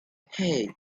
hey